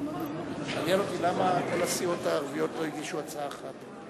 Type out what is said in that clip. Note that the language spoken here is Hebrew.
מעניין אותי למה כל הסיעות הערביות לא הגישו הצעה אחת.